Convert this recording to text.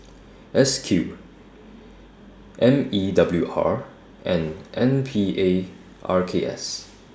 S Q M E W R and N P A R K S